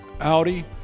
Audi